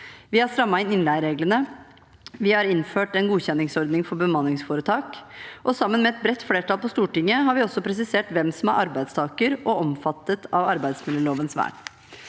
Vi har strammet inn innleiereglene, vi har innført en godkjenningsordning for bemanningsforetak, og sammen med et bredt flertall på Stortinget har vi også presisert hvem som er arbeidstaker og omfattet av arbeidsmiljølovens vern.